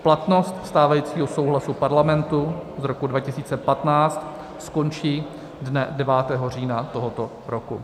Platnost stávajícího souhlasu Parlamentu z roku 2015 skončí dne 9. října tohoto roku.